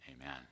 amen